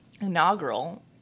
Inaugural